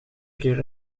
keer